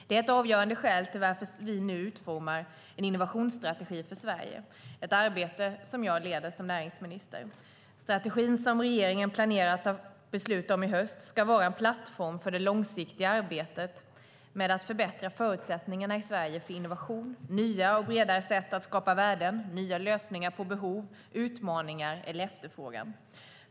Det är ett avgörande skäl till varför vi nu formar en innovationsstrategi för Sverige, ett arbete som jag som näringsminister leder. Strategin som regeringen planerar att ta beslut om i höst ska vara en plattform för det långsiktiga arbetet med att förbättra förutsättningarna i Sverige för innovation - nya och bredare sätt att skapa värden och nya lösningar på behov, utmaningar eller efterfrågan.